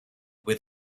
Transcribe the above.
with